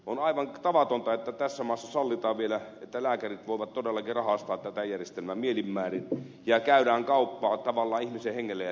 on aivan tavatonta että tässä maassa sallitaan vielä että lääkärit voivat todellakin rahastaa tätä järjestelmää mielin määrin ja käydään kauppaa tavallaan ihmisen hengellä ja terveydellä